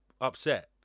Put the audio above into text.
upset